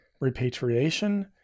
Repatriation